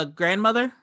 grandmother